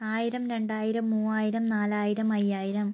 ആയിരം രണ്ടായിരം മൂവായിരം നാലായിരം അയ്യായിരം